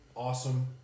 Awesome